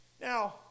Now